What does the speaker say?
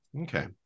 okay